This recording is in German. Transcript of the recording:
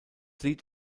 lied